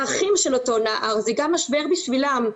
האחים של אותו נער, זה גם משבר בשבילם.